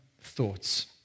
thoughts